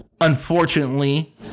Unfortunately